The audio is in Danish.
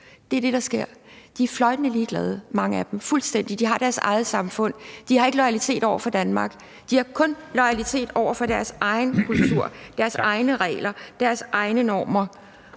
Mange af dem er fløjtende ligeglade. De har deres eget samfund. De har ingen loyalitet over for Danmark, de har kun loyalitet over for deres egen kultur, deres egne regler, deres egne normer,